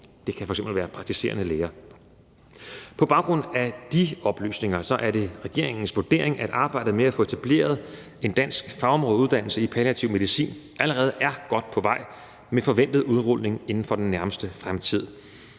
Det kan f.eks. være praktiserende læger. På baggrund af de oplysninger er det regeringens vurdering, at arbejdet med at få etableret en dansk fagområdeuddannelse i palliativ medicin allerede er godt på vej med forventet udrulning inden for den nærmeste fremtid.